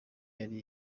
yari